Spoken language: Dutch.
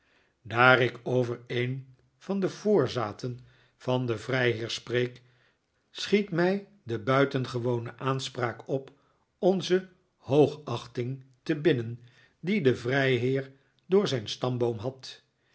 daar ik over een van de voorzaten van den vrijheer spreek schiet mij de buitengewone aanspraak op onze hoogachting te binnen die de vrijheer door zijn stamboom had